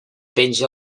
penja